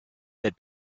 that